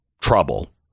trouble